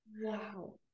wow